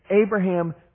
Abraham